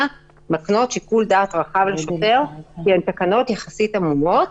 מקנות שיקול דעת רחב לשוטר כי הן תקנות יחסית עמומות.